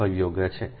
25 યોગ્ય છે